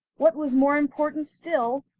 what was more important still,